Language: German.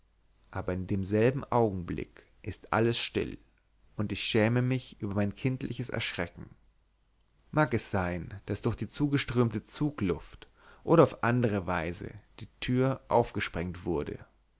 aber in demselben augenblick ist alles still und ich schäme mich über mein kindliches erschrecken mag es sein daß durch die durchströmende zugluft oder auf andere weise die tür aufgesprengt wurde